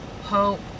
hope